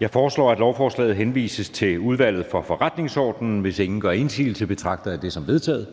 Jeg foreslår, at lovforslaget henvises til Udvalget for Forretningsordenen. Hvis ingen gør indsigelse, betragter jeg det som vedtaget.